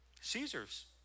Caesar's